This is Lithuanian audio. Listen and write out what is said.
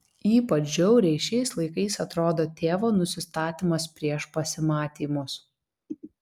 ypač žiauriai šiais laikais atrodo tėvo nusistatymas prieš pasimatymus